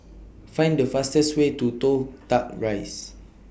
Find The fastest Way to Toh Tuck Rise